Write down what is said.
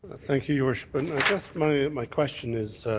thank you, your worship and i guess my my question is,